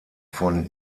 von